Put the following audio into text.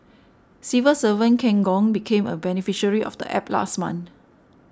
civil servant Ken Gong became a beneficiary of the App last month